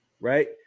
right